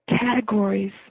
categories